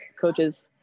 coaches